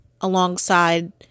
alongside